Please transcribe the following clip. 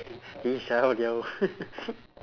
he shout yo